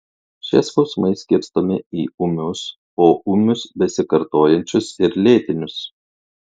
šie skausmai skirstomi į ūmius poūmius besikartojančius ir lėtinius